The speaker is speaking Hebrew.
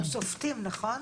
גם שופטים, נכון?